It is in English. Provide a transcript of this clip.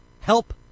help